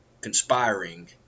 conspiring